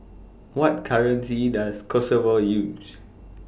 What currency Does Kosovo use